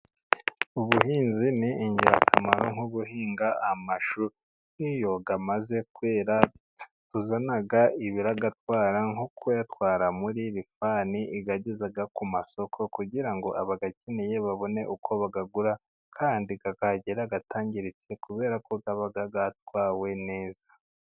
Ubuhinzi ni ingirakamaro; nko guhinga amashu, iyo amaze kwera uhita uzana abiyatwara, nko kuyatwara muri rifani, iyageza ku masoko, kugira ngo abayakeneye babone uko bayagura kandi akahagera atangiritse kubera ko aba yatwawe neza.